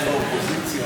משהו.